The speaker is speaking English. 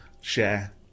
share